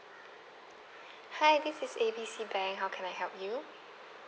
hi this is A B C bank how can I help you